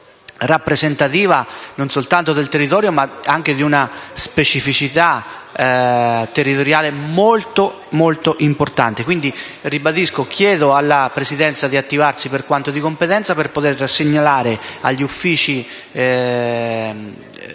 rappresentativa non soltanto del territorio, ma anche di una specificità produttiva molto importante. Chiedo quindi alla Presidenza di attivarsi, per quanto di competenza, per poter segnalare agli uffici